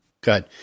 good